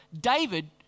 David